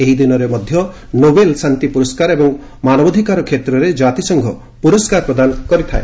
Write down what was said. ଏହି ଦିନରେ ମଧ୍ୟ ନୋବେଲ୍ ଶାନ୍ତି ପୁରସ୍କାର ଏବଂ ମାନବାଧିକାର କ୍ଷେତ୍ରରେ କାତିସଂଘ ପୁରସ୍କାର ପ୍ରଦାନ କରାଯାଏ